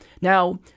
Now